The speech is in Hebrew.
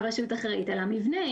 הרשות אחראית על המבנה.